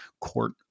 court